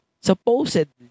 supposedly